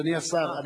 אדוני השר,